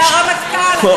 זה הרמטכ"ל.